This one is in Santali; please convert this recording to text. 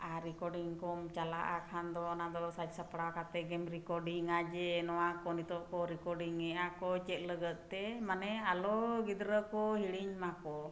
ᱟᱨ ᱨᱮᱠᱚᱨᱰᱤᱝ ᱠᱚᱢ ᱪᱟᱞᱟᱜᱼᱟ ᱠᱷᱟᱱ ᱫᱚ ᱚᱱᱟ ᱫᱚ ᱥᱟᱡᱽ ᱥᱟᱯᱲᱟᱣ ᱠᱟᱛᱮᱜᱮᱢ ᱨᱮᱠᱚᱨᱰᱤᱝ ᱟ ᱡᱮ ᱱᱚᱣᱟ ᱠᱚ ᱱᱤᱛᱚᱳᱜ ᱠᱚ ᱨᱮᱠᱚᱰᱤᱝ ᱮᱫ ᱟᱠᱚ ᱪᱮᱫ ᱞᱟᱹᱜᱤᱫ ᱛᱮ ᱢᱟᱱᱮ ᱟᱞᱚ ᱜᱤᱫᱽᱨᱟᱹ ᱠᱚ ᱦᱤᱲᱤᱧᱢᱟ ᱠᱚ